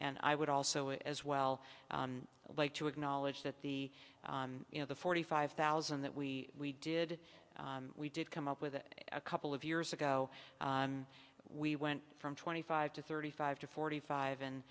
and i would also as well like to acknowledge that the you know the forty five thousand that we we did we did come up with it a couple of years ago and we went from twenty five to thirty five to forty five and